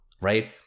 right